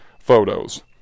photos